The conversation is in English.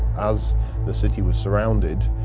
as the city was surrounded,